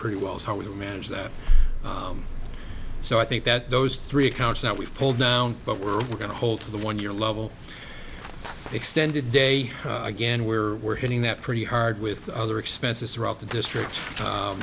pretty well how we manage that so i think that those three accounts that we've pulled down but we're we're going to hold to the one year level extended day again where we're getting that pretty hard with the other expenses throughout the district